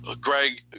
Greg